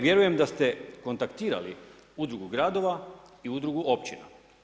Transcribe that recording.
Vjerujem da ste kontaktirali udrugu gradova i udrugu općina.